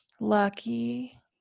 Lucky